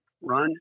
run